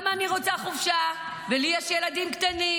גם אני רוצה חופשה, ויש לי ילדים קטנים